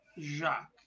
Jacques